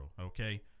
okay